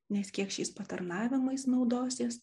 nes kiek šiais patarnavimais naudosies